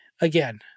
again